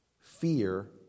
fear